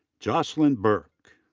jostlyn burke.